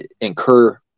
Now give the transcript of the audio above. incur